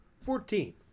Fourteen